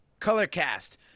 ColorCast